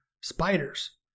spiders